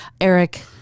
Eric